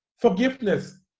forgiveness